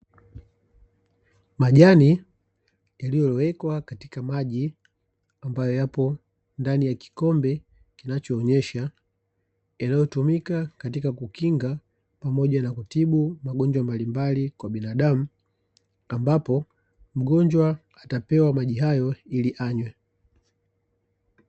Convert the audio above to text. Majani yaliyolowekwa katika maji ambayo yapo ndani ya kikombe, kinachoonyesha yanayotumika katika kukinga pamoja na kutibu magonjwa mbalimbali kwa binadamu, ambapo mgonjwa atapewa maji hayo ili anywe.